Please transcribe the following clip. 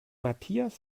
matthias